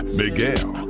miguel